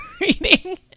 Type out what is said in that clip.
reading